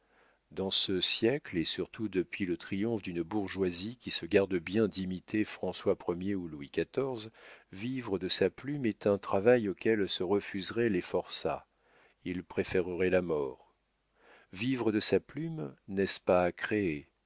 dans ce siècle et surtout depuis le triomphe d'une bourgeoisie qui se garde bien d'imiter françois ier ou louis xiv vivre de sa plume est un travail auquel se refuseraient les forçats ils préféreraient la mort vivre de sa plume n'est-ce pas créer